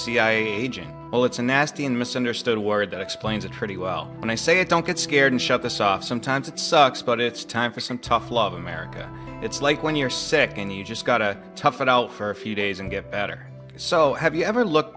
cia agent well it's a nasty and misunderstood word that explains a treaty well when i say it don't get scared and shut the socks sometimes it sucks but it's time for some tough love america it's like when you're sick and you just got to tough it out for a few days and get better so have you ever look